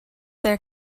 their